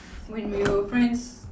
when we were friends